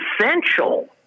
essential